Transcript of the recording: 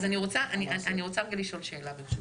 אז אני רוצה לשאול, ברשותך,